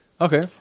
Okay